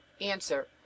Answer